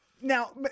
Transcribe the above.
Now